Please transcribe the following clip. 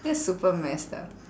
that's super messed up